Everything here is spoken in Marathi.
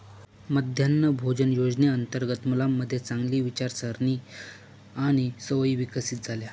मध्यान्ह भोजन योजनेअंतर्गत मुलांमध्ये चांगली विचारसारणी आणि सवयी विकसित झाल्या